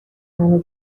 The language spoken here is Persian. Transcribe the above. منو